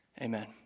Amen